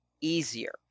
easier